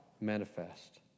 manifest